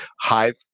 hive